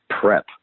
prep